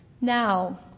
Now